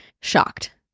shocked